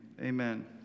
Amen